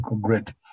great